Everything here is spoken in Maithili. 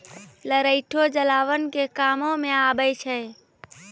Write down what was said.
लरैठो जलावन के कामो मे आबै छै